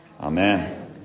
Amen